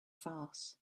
farce